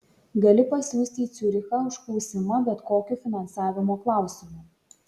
gali pasiųsti į ciurichą užklausimą bet kokiu finansavimo klausimu